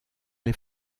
les